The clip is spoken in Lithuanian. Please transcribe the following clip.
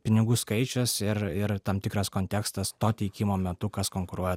pinigų skaičius ir ir tam tikras kontekstas to teikimo metu kas konkuruoja